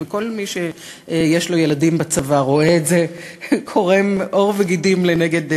וכל מי שיש לו ילדים בצבא רואה את זה קורם עור וגידים לנגד עיניו,